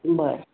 बरं